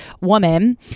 woman